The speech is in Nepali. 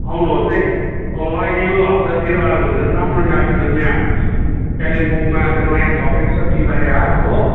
आउनुहोस् है अहिले यो हफ्तातिर आउनुहुन्छ भने राम्रो नि अहिले त झन् यहाँ कालिम्पोङमा त्यो नयाँ थपिएको छ बिहिबारे हाट हो